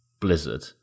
blizzard